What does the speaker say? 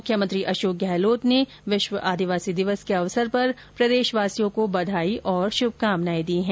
मुख्यमंत्री अशोक गहलोत ने विश्व आदिवासी दिवस के अवसर पर प्रदेशवासियों को बधाई और श्भकामनाएं दी हैं